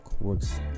works